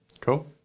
Cool